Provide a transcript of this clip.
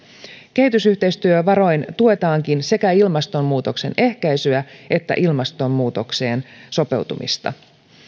kehitysyhteistyövaroin tuetaankin sekä ilmastonmuutoksen ehkäisyä että ilmastonmuutokseen sopeutumista